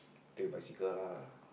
take bicycle lah